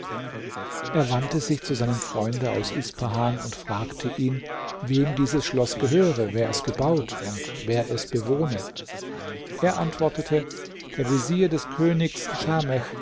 er wandte sich zu seinem freunde aus ispahan und fragte ihn wem dieses schloß gehöre wer es gebaut und wer es bewohne er antwortete der vezier des königs